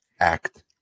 act